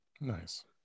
nice